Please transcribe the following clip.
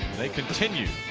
they continue.